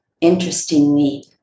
interestingly